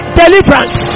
deliverance